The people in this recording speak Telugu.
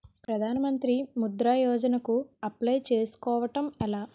ప్రధాన మంత్రి ముద్రా యోజన కు అప్లయ్ చేసుకోవటం ఎలా?